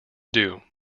due